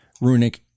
runic